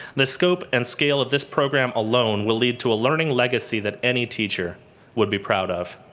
the scope and scale of this program alone will lead to a learning legacy that any teacher would be proud of.